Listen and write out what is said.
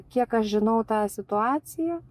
kiek aš žinau tą situaciją